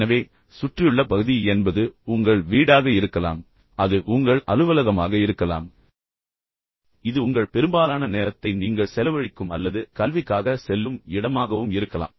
எனவே சுற்றியுள்ள பகுதி என்பது உங்கள் வீடாக இருக்கலாம் அது உங்கள் அலுவலகமாக இருக்கலாம் ஆனால் இது உங்கள் பெரும்பாலான நேரத்தை நீங்கள் செலவழிக்கும் இடமாகவும் இருக்கலாம் அதாவது நீங்கள் கல்விக்காக செல்லும் இடமாகவும் இருக்கலாம்